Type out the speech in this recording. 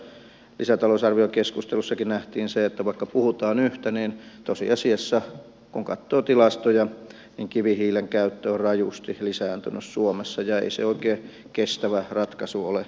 kyllä tuossa lisätalousarviokeskustelussakin nähtiin se että vaikka puhutaan yhtä niin tosiasiassa kun katsoo tilastoja kivihiilen käyttö on rajusti lisääntynyt suomessa ja ei se oikein kestävä ratkaisu ole sekään